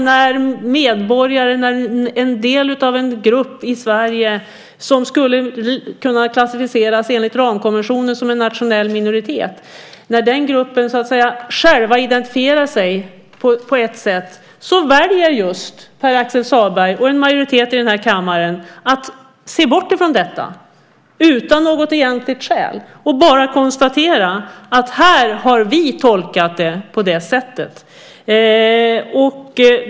När en del av en grupp i Sverige, som skulle kunna klassificeras enligt ramkonventionen som en nationell minoritet, själva identifierar sig på ett sätt väljer Pär Axel Sahlberg och en majoritet i denna kammare att utan något egentligt skäl bortse från det och konstaterar bara att de tolkat det på det sättet.